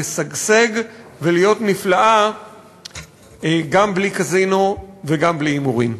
לשגשג ולהיות נפלאה גם בלי קזינו וגם בלי הימורים.